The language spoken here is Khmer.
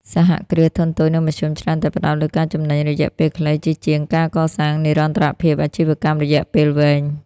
សហគ្រាសធុនតូច និងមធ្យម ច្រើនតែផ្ដោតលើការចំណេញរយៈពេលខ្លី ជាជាងការកកសាងនិរន្តរភាពអាជីវកម្មរយៈពេលវែង។